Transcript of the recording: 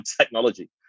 technology